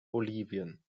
bolivien